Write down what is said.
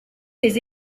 les